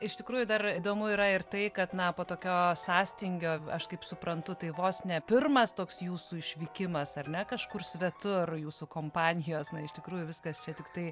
iš tikrųjų dar įdomu yra ir tai kad na po tokio sąstingio aš kaip suprantu tai vos ne pirmas toks jūsų išvykimas ar ne kažkur svetur jūsų kompanijos na iš tikrųjų viskas čia tiktai